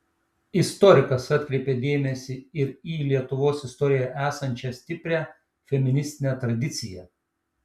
istorikas atkreipė dėmesį ir į lietuvos istorijoje esančią stiprią feministinę tradiciją